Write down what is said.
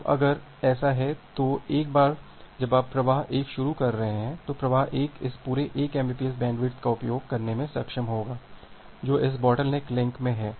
अब अगर ऐसा है तो एक बार जब आप प्रवाह 1 शुरू कर रहे हैं तो प्रवाह 1 इस पूरे 1 एमबीपीएस बैंडविड्थ का उपयोग करने में सक्षम होगा जो इस बोटलनेक लिंक में है